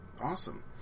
Awesome